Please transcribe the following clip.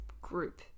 group